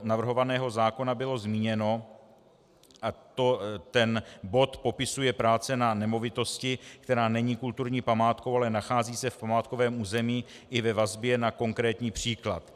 g) navrhovaného zákona bylo zmíněno, a ten bod popisuje práce na nemovitosti, která není kulturní památkou, ale nachází se v památkovém území i ve vazbě na konkrétní příklad.